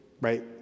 Right